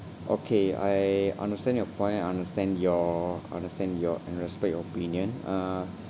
okay I understand your point I understand your I understand your and respect your opinion uh